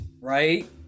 right